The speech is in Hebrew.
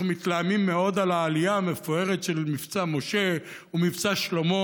אנחנו מתלהמים מאוד על העלייה המפוארת של מבצע משה ומבצע שלמה,